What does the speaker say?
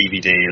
DVD